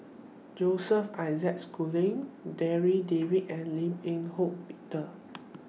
Joseph Isaac Schooling Darryl David and Lim Eng Hock Peter